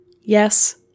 yes